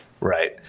Right